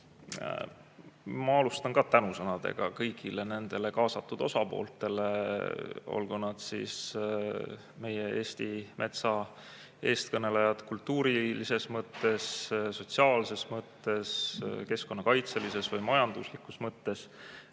Ma alustan ka tänusõnadega kõigile kaasatud osapooltele, olgu nad siis meie Eesti metsa eestkõnelejad kultuurilises mõttes, sotsiaalses mõttes, keskkonnakaitselises või majanduslikus mõttes,